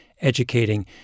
educating